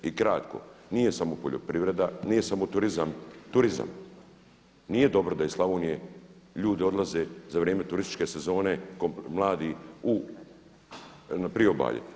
I kratko, nije samo poljoprivreda nije samo turizam, turizam, nije dobro da iz Slavonije ljudi odlaze za vrijeme turističke sezone kao mladi u priobalje.